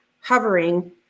hovering